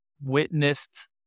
witnessed